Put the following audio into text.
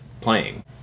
playing